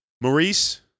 Maurice